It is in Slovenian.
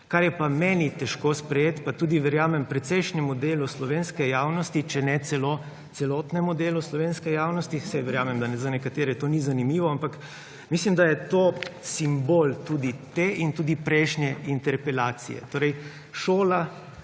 Kar je pa meni težko sprejeti pa verjamem, da tudi precejšnjemu delu slovenske javnosti, če ne celo celotnemu delu slovenske javnosti, saj verjamem, da za nekatere to ni zanimivo, ampak mislim, da je to simbol tudi te in tudi prejšnje interpelacije, torej za